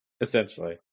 Essentially